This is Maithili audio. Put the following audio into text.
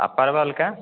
आ परवलके